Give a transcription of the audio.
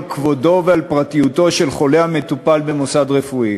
כבודו ועל פרטיותו של חולה המטופל במוסד רפואי.